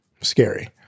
scary